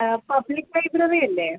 ആ പബ്ലിക് ലൈബ്രറിയല്ലേ